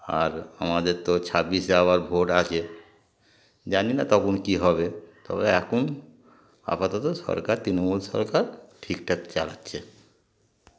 আর আমাদের তো ছাব্বিশে আবার ভোট আছে জানি না তখন কী হবে তবে এখন আপাতত সরকার তৃণমূল সরকার ঠিক ঠাক চালাচ্ছে